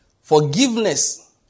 Forgiveness